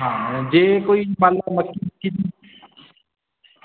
ਹਾਂ ਜੇ ਕੋਈ ਮੰਨਲਾ ਮੱਕੀ ਮੁੱਕੀ ਦੀ